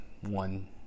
one